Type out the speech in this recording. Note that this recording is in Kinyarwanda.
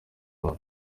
imana